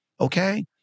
Okay